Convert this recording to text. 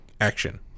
Action